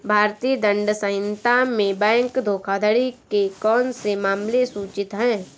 भारतीय दंड संहिता में बैंक धोखाधड़ी के कौन से मामले सूचित हैं?